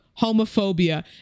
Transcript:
homophobia